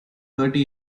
thirty